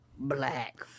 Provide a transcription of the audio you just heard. Black